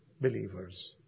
believers